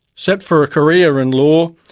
set for a career in law,